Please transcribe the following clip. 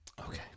Okay